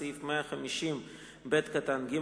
150(ב) (ג),